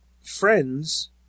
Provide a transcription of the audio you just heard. friends